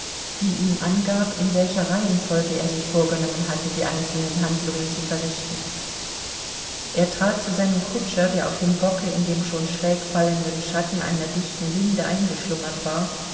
die ihm angab in welcher reihenfolge er sich vorgenommen hatte die einzelnen handlungen zu verrichten er trat zu seinem kutscher der auf dem bocke in dem schon schräg fallenden schatten einer dichten linde eingeschlummert war